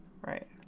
Right